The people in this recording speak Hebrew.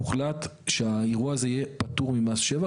הוחלט שהאירוע הזה יהיה פטור ממס שבח,